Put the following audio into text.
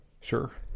Sure